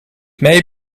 may